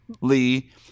Lee